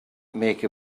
make